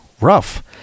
Rough